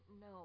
No